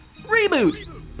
Reboot